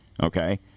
Okay